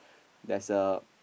there's a